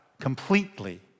completely